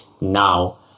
now